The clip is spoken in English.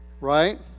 Right